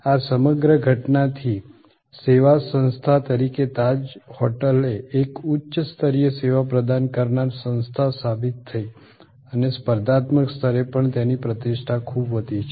આ સમગ્ર ઘટના થી સેવા સંસ્થા તરીકે તાજ હોટેલ એક ઉચ્ચ સ્તરીય સેવા પ્રદાન કરનાર સંસ્થા સાબિત થઈ અને સ્પર્ધાત્મક સ્તરે પણ તેની પ્રતિષ્ઠા ખૂબ વધી છે